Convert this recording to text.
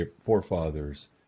forefathers